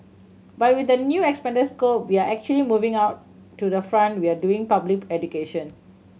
but with the new expanded scope we are actually moving out to the front we are doing public education